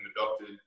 adopted